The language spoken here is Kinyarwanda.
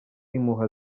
impuha